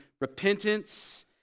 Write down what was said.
repentance